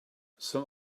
some